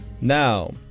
Now